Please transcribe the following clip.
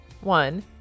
One